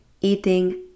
eating